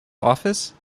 office